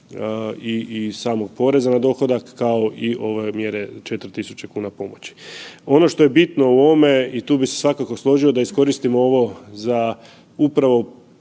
i samog poreza na dohodak, kao i ove mjere 4.000 kuna pomoći. Ono što je bitno u ovome i tu bi se svakako složio da iskoristimo ovo za upravo